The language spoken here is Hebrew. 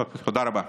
תודה רבה.